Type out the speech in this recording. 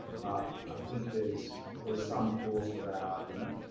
but i think there's there's some force to that argument.